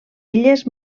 illes